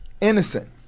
Innocent